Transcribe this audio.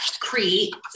create